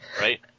right